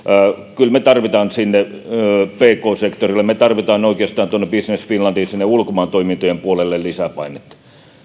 kyllä me tarvitsemme sinne pk sektorille me tarvitsemme oikeastaan tuonne business finlandiin ulkomaan toimintojen puolelle lisää painetta